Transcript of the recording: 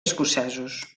escocesos